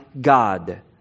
God